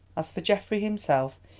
as for geoffrey himself,